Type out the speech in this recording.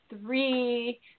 three